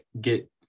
get